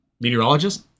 Meteorologist